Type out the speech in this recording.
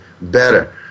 better